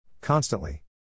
Constantly